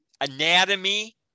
anatomy